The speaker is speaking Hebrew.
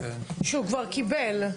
שהוא כבר קיבל,